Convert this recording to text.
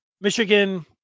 Michigan